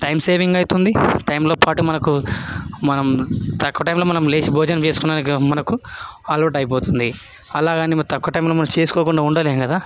time saving అవుతుంది టైంలో పాటు మనకు మనం తక్కువ టైంలో మనం లేచి భోజనం చేసుకున్నందుకు మనకు ఆల్ అవుట్ అయిపోతుంది అలాగని తక్కువ టైంలో మనం చేసుకోకుండా ఉండలేము కదా